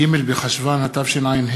ג' בחשוון התשע"ה,